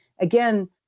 again